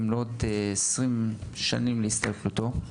במלאת 20 שנים להסתלקותו.